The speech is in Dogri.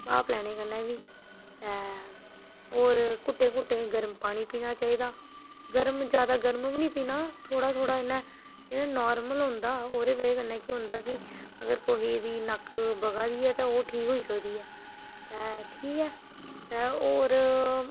भाप लैने कन्नै बी तै होर घुट्टें घुट्टें गरम पानी पीना चाहिदा गरम ज्यादा गरम बी नी पीना थोह्ड़ा थोह्ड़ा इयां जेह्ड़ा नॉर्मल होंदा ओह्दी वजह् कन्नै केह् होंदा कि अगर कुहै दी नक्क बगा दी ऐ ते ओह् ठीक होई सकदी ऐ तै ठीक ऐ तै होर